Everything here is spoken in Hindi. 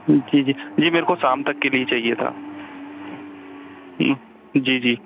जी जी जी मेरेको शाम तक के लिए चाहिए था जी जी